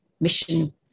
mission